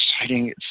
exciting